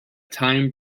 time